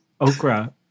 Okra